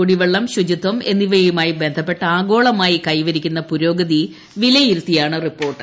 കുടിവെള്ളം ശുചിത്വം എന്നിവയുമായി ബന്ധപ്പെട്ട് ആഗോളമായി കൈവരിക്കുന്ന പുരോഗതി വിലയിരുത്തിയാണ് റിപ്പോർട്ട്